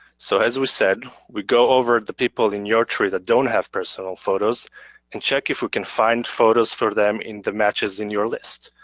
so as we said we go over the people in your tree that don't have personal photos and check if we can find photos for them in the matches in your list.